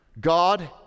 God